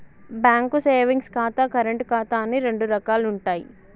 bank savings ఖాతా, current ఖాతా అని రెండు రకాలుంటయ్యి